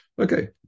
Okay